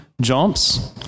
jumps